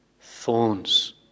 thorns